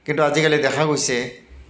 কিন্তু আজিকালি দেখা গৈছে